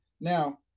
Now